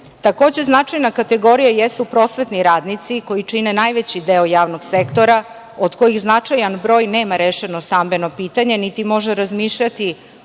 značajna kategorija jesu prosvetni radnici koji čine najveći deo javnog sektora, od kojih značajan broj nema rešeno stambeno pitanje, niti može razmišljati